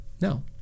No